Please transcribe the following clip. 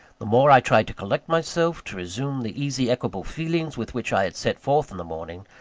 the more i tried to collect myself, to resume the easy, equable feelings with which i had set forth in the morning,